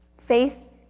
Faith